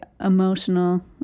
emotional